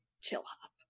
chill-hop